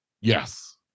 Yes